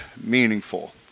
meaningful